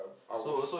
I I was